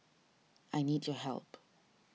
I need your help